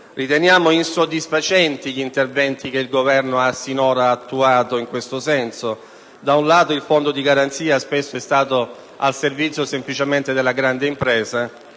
Riteniamo insoddisfacenti gli interventi che il Governo ha sinora attuato in questo senso: il fondo di garanzia spesso è stato solo al servizio della grande impresa